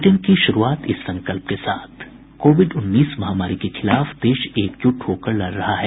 bulletin की शुरूआत इस संकल्प के साथ कोविड उन्नीस महामारी के खिलाफ देश एकजुट होकर लड़ रहा है